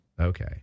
Okay